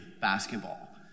basketball